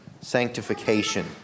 sanctification